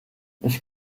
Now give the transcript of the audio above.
ich